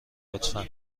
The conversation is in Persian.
لطفا